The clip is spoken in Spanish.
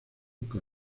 con